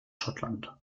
schottland